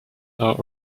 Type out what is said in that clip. are